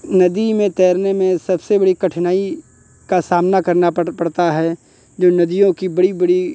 नदी में तैरने में सबसे बड़ी कठिनाई का सामना करना पड़ पड़ता है जो नदियों की बड़ी बड़ी